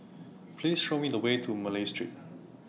Please Show Me The Way to Malay Street